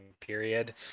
period